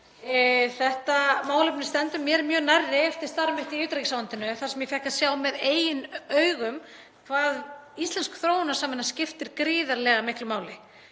Þetta málefni stendur mér mjög nærri eftir starf mitt í utanríkisráðuneytinu þar sem ég fékk að sjá með eigin augum hvað íslensk þróunarsamvinna skiptir gríðarlega miklu máli.